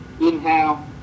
inhale